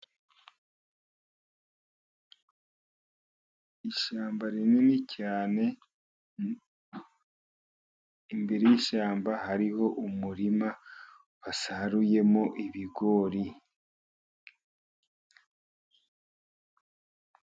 Ishyamba rinini cyane, imbere y'ishyamba hariho umurima basaruyemo ibigori.